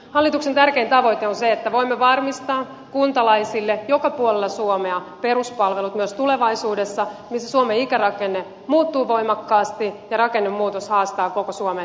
hallituksen tärkein tavoite on se että voimme varmistaa kuntalaisille joka puolella suomea peruspalvelut myös tulevaisuudessa missä suomen ikärakenne muuttuu voimakkaasti ja rakennemuutos haastaa koko suomen alueet